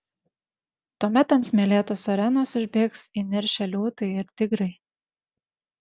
tuomet ant smėlėtos arenos išbėgs įniršę liūtai ir tigrai